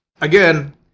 again